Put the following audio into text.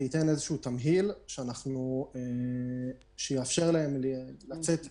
זה ייתן תמהיל שיאפשר להם לצאת חזרה.